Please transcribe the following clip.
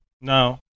No